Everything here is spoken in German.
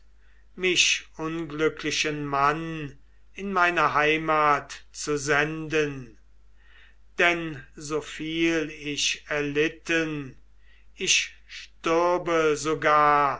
mich unglücklichen mann in meine heimat zu senden denn soviel ich erlitten ich stürbe sogar